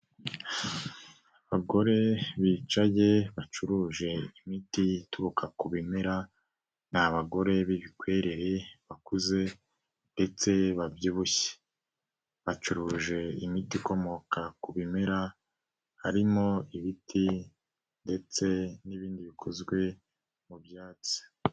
Abagore bicage bacuruje imiti ituruka ku bimera, ni abagore b'ibikwerere bakuze ndetse babyibushye. Bacuruje imiti ikomoka ku bimera, harimo ibiti ndetse n'ibindi bikozwe mu byatsi.